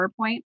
PowerPoint